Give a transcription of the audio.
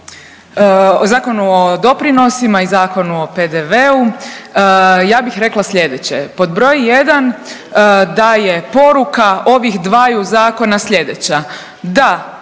uz Zakon o doprinosima i Zakonu o PDV-u ja bih rekla sljedeće. Pod broj jedan, da je poruka ovih dvaju zakona sljedeća: